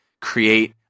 create